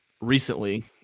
recently